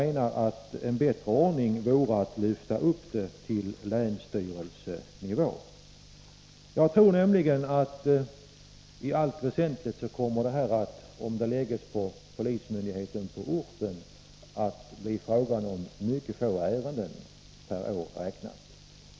menar att en bättre ordning vore att lyfta upp detta till länsstyrelsenivå. Jag tror nämligen att det, om uppgifterna läggs på polismyndigheten på orten, kommer att bli fråga om mycket få ärenden per år.